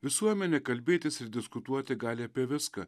visuomenė kalbėtis ir diskutuoti gali apie viską